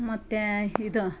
ಮತ್ತು ಇದು